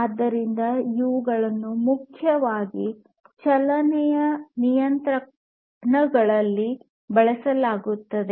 ಆದ್ದರಿಂದ ಇವುಗಳನ್ನು ಮುಖ್ಯವಾಗಿ ಚಲನೆಯ ನಿಯಂತ್ರಣಗಳಲ್ಲಿ ಬಳಸಲಾಗುತ್ತದೆ